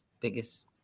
biggest